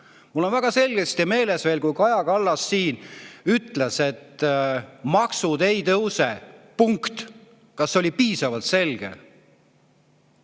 Mul on väga selgesti veel meeles, kui Kaja Kallas siin ütles: "Maksud ei tõuse. Punkt. Kas oli piisavalt selge?"